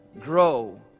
grow